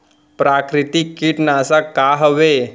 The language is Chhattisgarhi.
प्राकृतिक कीटनाशक का हवे?